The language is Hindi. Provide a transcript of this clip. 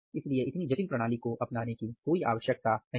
इसलिए इतनी जटिल प्रणाली को अपनाने की कोई आवश्यकता नहीं है